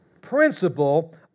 principle